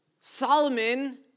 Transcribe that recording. Solomon